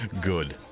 Good